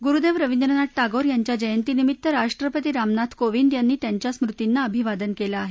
गुरुदेव रविंद्रनाथ टागोर यांच्या जयंतीनमित्त राष्ट्रपती रामनाथ कोविंद यांनी त्यांच्या स्मृतींना अभिवादन केलं आहे